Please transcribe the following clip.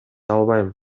албайм